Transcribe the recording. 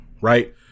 Right